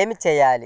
ఏమి చేయాలి?